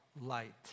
light